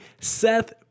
Seth